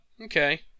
Okay